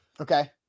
Okay